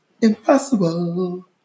Impossible